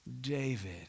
David